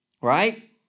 right